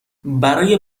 برای